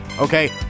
Okay